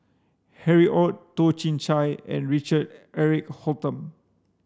Harry Ord Toh Chin Chye and Richard Eric Holttum